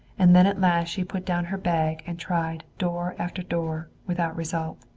and then at last she put down her bag and tried door after door, without result.